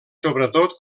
sobretot